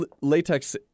Latex